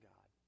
God